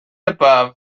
above